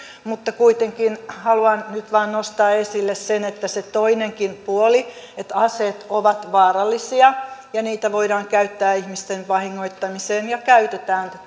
mutta kuitenkin haluan nyt vain nostaa esille sen että se toinenkin puoli on olemassa että aseet ovat vaarallisia ja niitä voidaan käyttää ihmisten vahingoittamiseen ja käytetään